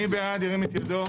מי בעד ירים את ידו.